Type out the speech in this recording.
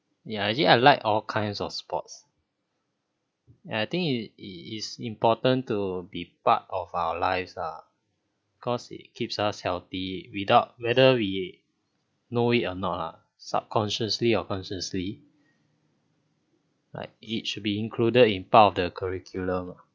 ya actually I like all kinds of sports and I think it it is important to be part of our lives ah because it keeps us healthy without whether we know it or not ah subconsciously or consciously like it should be included in part of the curriculum lah